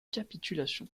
capitulation